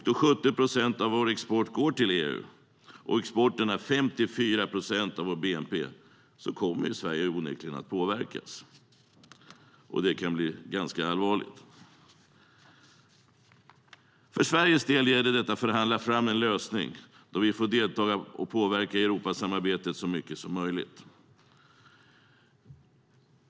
Då 70 procent av vår export går till EU och exporten är 54 procent av vår bnp kommer Sverige onekligen att påverkas, och det kan bli ganska allvarligt. För Sveriges del gäller det att förhandla fram en lösning där vi får delta och påverka Europasamarbetet så mycket som möjligt.